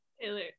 Taylor